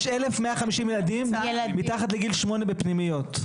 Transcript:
יש 1,150 ילדים מתחת לגיל שמונה בפנימיות.